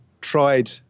tried